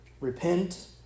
Repent